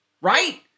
right